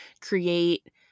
create